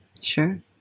Sure